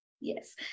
yes